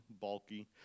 bulky